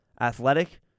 athletic